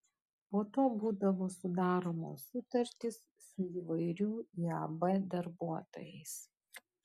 po to būdavo sudaromos sutartys su įvairių iab darbuotojais